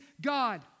God